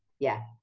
yeah.